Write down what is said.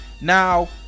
Now